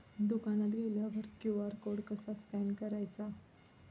दुकानात गेल्यावर QR code कसा स्कॅन करायचा?